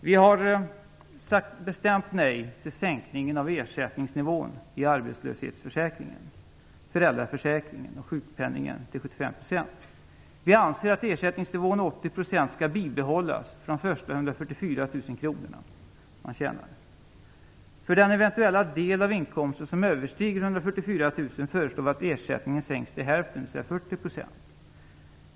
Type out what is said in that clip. Vi har sagt bestämt nej till sänkningen av ersättningsnivån i arbetslöshetsförsäkringen, föräldraförsäkringen och sjukpenningen till 75 %. Vi anser att ersättningsnivån 80 % skall bibehållas för de första 144 000 kr som man tjänar. För den eventuella del av inkomsten som överstiger 144 000 kr föreslår vi att ersättningen sänks till hälften, dvs. 40 %.